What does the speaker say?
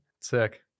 Sick